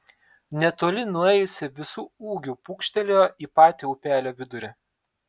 netoli nuėjusi visu ūgiu pūkštelėjo į patį upelio vidurį